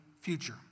future